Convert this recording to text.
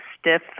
stiff